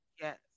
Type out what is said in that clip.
Yes